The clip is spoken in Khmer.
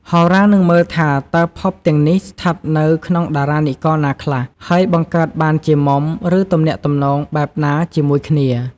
ហោរានឹងមើលថាតើភពទាំងនេះស្ថិតនៅក្នុងតារានិករណាខ្លះ ហើយបង្កើតបានជាមុំ ឬទំនាក់ទំនងបែបណាជាមួយគ្នា។